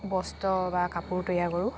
বস্ত্ৰ বা কাপোৰ তৈয়াৰ কৰোঁ